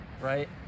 right